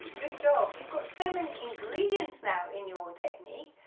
good job, you've got so many ingredients now in your technique,